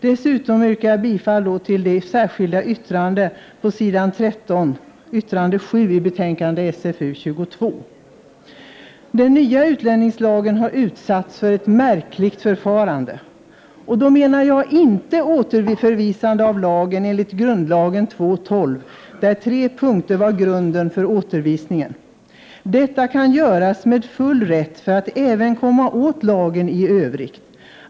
Dessutom vill jag understryka vad som framhålls i det särskilda yttrandet nr 7 på s. 13 i betänkandet. Den nya utlänningslagen har utsatts för ett märkligt förfarande. Då menar jag inte återförvisande av lagen enligt regeringsformen 2:12, då tre punkter var grunden för återförvisningen. Detta kan göras med full rätt för att även komma åt lagen i övrigt.